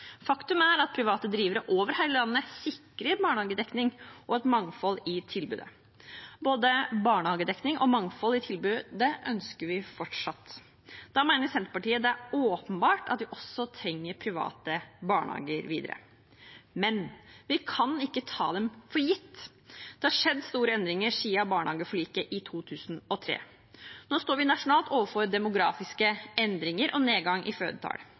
Faktum er at private drivere over hele landet sikrer barnehagedekning og et mangfold i tilbudet. Både barnehagedekning og mangfold i tilbudet er noe vi fortsatt ønsker. Da mener Senterpartiet det er åpenbart at vi også trenger private barnehager videre, men vi kan ikke ta dem for gitt. Det har skjedd store endringer siden barnehageforliket i 2003. Nå står vi nasjonalt overfor demografiske endringer og nedgang i fødetall.